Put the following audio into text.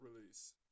release